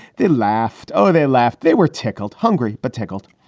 they laughed. oh, they laughed. they were tickled, hungry, but tickled.